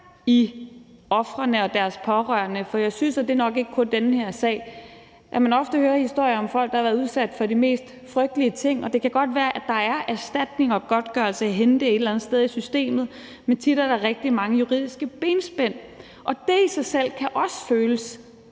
i ofrene og deres pårørende. For jeg synes, og det er nok ikke kun i den her sag, at man ofte hører historier om folk, der har været udsat for de mest frygtelige ting, og det kan godt være, at der er erstatninger og godtgørelser at hente et eller andet sted i systemet, men tit er der rigtig mange juridiske benspænd, og det i sig selv kan også føles